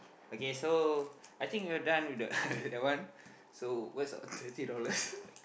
okay so I think you are done with the that one so where's our thirty dollars